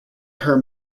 her